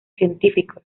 científicos